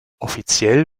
offiziell